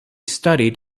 studied